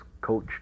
coach